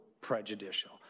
prejudicial